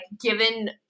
given